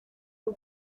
nhw